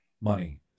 money